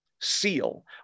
seal